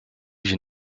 you